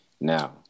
Now